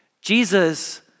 Jesus